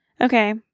Okay